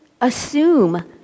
assume